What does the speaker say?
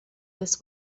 this